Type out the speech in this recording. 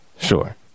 sure